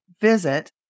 visit